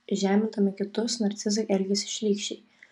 žemindami kitus narcizai elgiasi šlykščiai